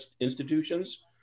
institutions